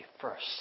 first